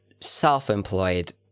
self-employed